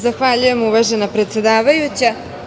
Zahvaljujem, uvažena predsedavajuća.